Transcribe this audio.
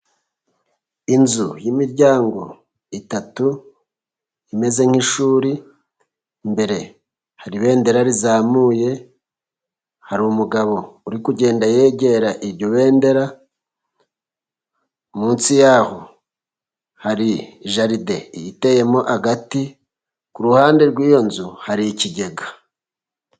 Inzu y'imiryango itatu imeze nk'ishuri, imbere hari ibendera rizamuye, hari umugabo uri kugenda yegera iryo bendera, munsi yaho hari jaride iteyemo agati, ku ruhande rw'iyo nzu hari ikigega.